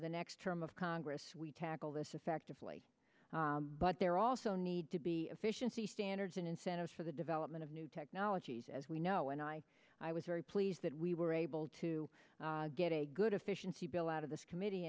the next term of congress we tackle this effectively but there also need to be efficiency standards and incentives for the development of new technologies as we know and i i was very pleased that we were able to get a good efficiency bill out of this committee